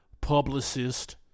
Publicist